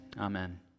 Amen